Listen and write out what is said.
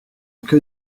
que